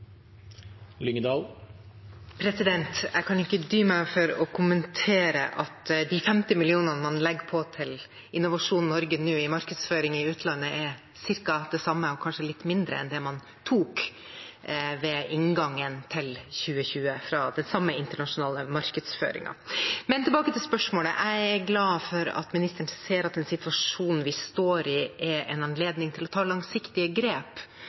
å kommentere at de 50 mill. kr man nå legger på til Innovasjon Norge til markedsføring i utlandet, er ca. det samme og kanskje litt mindre enn det man ved inngangen til 2020 tok fra den samme internasjonale markedsføringen. Men tilbake til spørsmålet. Jeg er glad for at statsråden ser at den situasjonen vi står i, er en anledning til å ta langsiktige grep.